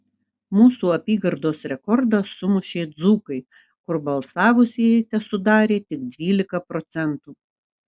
mūsų apygardos rekordą sumušė dzūkai kur balsavusieji tesudarė tik dvylika procentų